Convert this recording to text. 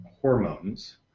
hormones